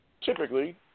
Typically